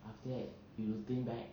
after that you think back